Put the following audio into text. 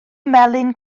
melyn